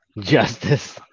Justice